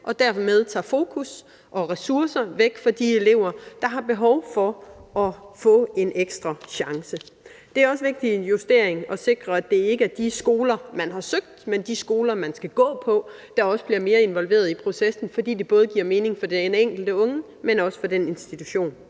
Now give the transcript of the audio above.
bliver taget fokus og ressourcer væk fra de elever, der har behov for at få en ekstra chance. Det er også en vigtig justering at sikre, at det ikke er de skoler, man har søgt, men de skoler, man skal gå på, der også bliver mere involverede i processen, fordi det både giver mening for den enkelte unge, men også for den institution,